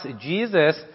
Jesus